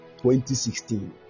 2016